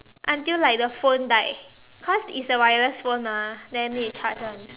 until like the phone died because it's a wireless phone mah then need to charge [one]